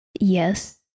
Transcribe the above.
Yes